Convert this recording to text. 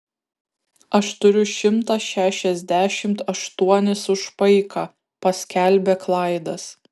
aš turiu šimtą šešiasdešimt aštuonis už paiką paskelbė klaidas